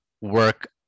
work